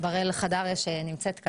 בראל חדריה שמואלי,